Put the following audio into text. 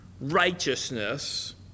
righteousness